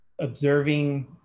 Observing